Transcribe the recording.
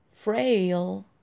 frail